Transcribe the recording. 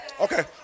Okay